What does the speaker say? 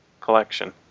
collection